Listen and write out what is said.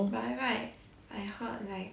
by right I heard like